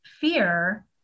fear